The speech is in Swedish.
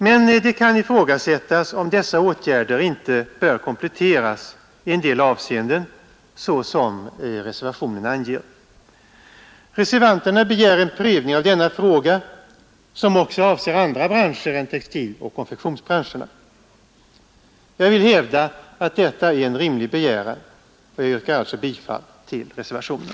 Men det kan ifrågasättas, om inte dessa åtgärder bör kompletteras i en del avseenden såsom reservationen anger. Reservanterna begär en prövning av denna fråga, som också avser andra branscher än textiloch konfektionsbranscherna. Jag vill hävda, att detta är en rimlig begäran. Jag yrkar alltså bifall till reservationen.